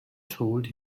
told